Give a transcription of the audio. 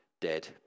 dead